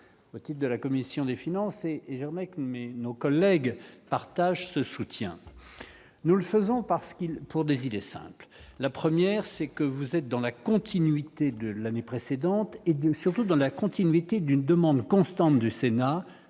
motif de la commission des finances et et Germain mais nos collègues partagent ce soutien, nous le faisons parce qu'il pour des idées simples, la 1ère c'est que vous êtes dans la continuité de l'année précédente et surtout dans la continuité d'une demande constante du Sénat